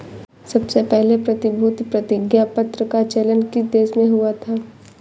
सबसे पहले प्रतिभूति प्रतिज्ञापत्र का चलन किस देश में हुआ था?